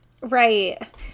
Right